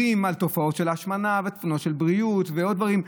על תופעות של השמנה ושל בריאות ועוד דברים.